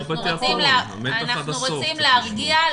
אנחנו רוצים להרגיע.